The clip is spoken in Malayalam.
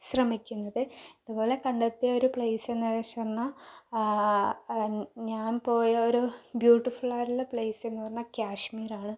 ശ്രമിക്കുന്നത് ഇതു പോലെ കണ്ടെത്തിയ ഒരു പ്ലേസെന്ന് വെച്ച് പറഞ്ഞാൽ ഞാൻ പോയ ഒരു ബ്യുട്ടിഫുൾ ആയിട്ടുള്ള പ്ലേസ് എന്ന് പറഞ്ഞാൽ കാശ്മീരാണ്